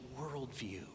worldview